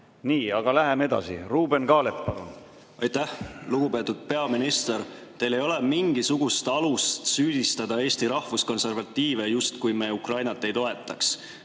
Nii, aga läheme edasi. Ruuben Kaalep, palun! Aitäh, lugupeetud peaminister! Teil ei ole mingisugust alust süüdistada Eesti rahvuskonservatiive, justkui me Ukrainat ei toetaks.